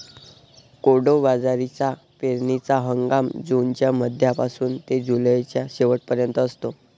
कोडो बाजरीचा पेरणीचा हंगाम जूनच्या मध्यापासून ते जुलैच्या शेवट पर्यंत असतो